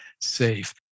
safe